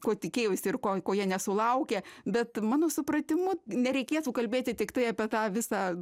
ko tikėjausi ir kon ko jie nesulaukė bet mano supratimu nereikėtų kalbėti tiktai apie tą visą